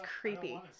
creepy